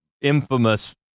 infamous